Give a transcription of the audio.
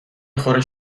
میخوره